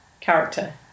character